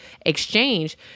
exchange